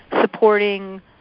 supporting